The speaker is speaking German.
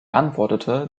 antwortete